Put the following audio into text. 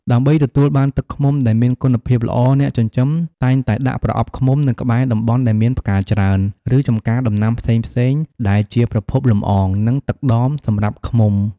ដើម្បីទទួលបានទឹកឃ្មុំដែលមានគុណភាពល្អ អ្នកចិញ្ចឹមតែងតែដាក់ប្រអប់ឃ្មុំនៅក្បែរតំបន់ដែលមានផ្កាច្រើន ឬចំការដំណាំផ្សេងៗ ដែលជាប្រភពលំអង និងទឹកដមសម្រាប់ឃ្មុំ។